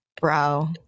Bro